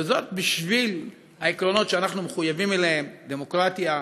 וזאת בשם העקרונות שאנחנו מחויבים אליהם: דמוקרטיה,